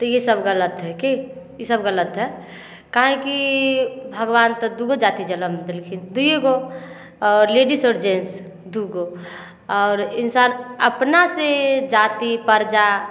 तऽ ईसब गलत हइ कि ईसब गलत हइ काहे कि भगवान तऽ दुइगो जाति जनम देलखिन दुइएगो आओर लेडीज आओर जेन्ट्स दुइगो आओर इन्सान अपना से जाति प्रजा